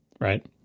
right